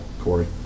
Corey